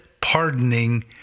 pardoning